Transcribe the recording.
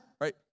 right